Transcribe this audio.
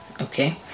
Okay